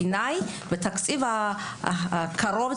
וכבר בתקציב הקרוב,